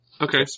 Okay